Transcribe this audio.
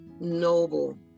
noble